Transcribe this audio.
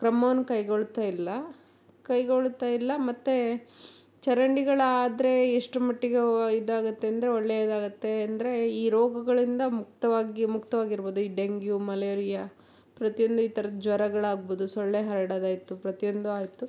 ಕ್ರಮವನ್ನ ಕೈಗೊಳ್ತಾ ಇಲ್ಲ ಕೈಗೊಳ್ತಾ ಇಲ್ಲ ಮತ್ತೆ ಚರಂಡಿಗಳಾದರೆ ಎಷ್ಟರ ಮಟ್ಟಿಗೆ ಹೋ ಇದಾಗುತ್ತೆ ಅಂದರೆ ಒಳ್ಳೆಯದಾಗುತ್ತೆ ಅಂದರೆ ಈ ರೋಗಗಳಿಂದ ಮುಕ್ತವಾಗಿ ಮುಕ್ತವಾಗಿರ್ಬೋದು ಈ ಡೆಂಗ್ಯೂ ಮಲೇರಿಯಾ ಪ್ರತಿಯೊಂದು ಈ ಥರದ ಜ್ವರಗಳಾಗ್ಬೋದು ಸೊಳ್ಳೆ ಹರಡೋದಾಯ್ತು ಪ್ರತಿಯೊಂದು ಆಯಿತು